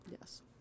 Yes